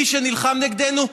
מי שנלחם נגדנו,